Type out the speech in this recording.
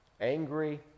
Angry